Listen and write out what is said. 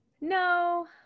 no